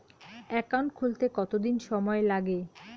Account খুলতে কতদিন সময় লাগে?